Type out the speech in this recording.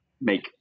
make